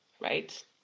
right